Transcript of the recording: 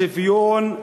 שוויון,